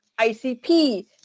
ICP